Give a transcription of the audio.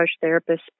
therapist